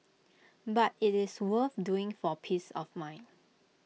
but IT is worth doing for peace of mind